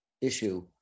issue